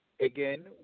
again